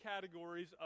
categories